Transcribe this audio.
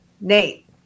Nate